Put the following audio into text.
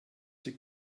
die